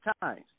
times